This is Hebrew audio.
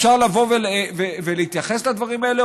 אפשר לבוא ולהתייחס לדברים האלה?